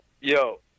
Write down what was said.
yo